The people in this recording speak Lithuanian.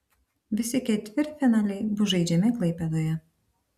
visi ketvirtfinaliai bus žaidžiami klaipėdoje